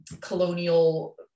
colonial